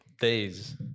days